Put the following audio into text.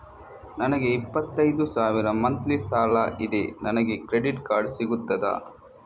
ನನಗೆ ಇಪ್ಪತ್ತೈದು ಸಾವಿರ ಮಂತ್ಲಿ ಸಾಲರಿ ಇದೆ, ನನಗೆ ಕ್ರೆಡಿಟ್ ಕಾರ್ಡ್ ಸಿಗುತ್ತದಾ?